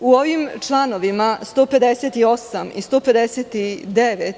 U ovim članovima 158. i 159.